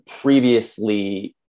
previously